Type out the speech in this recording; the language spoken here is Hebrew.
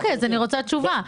אני רוצה תשובה.